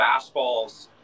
fastballs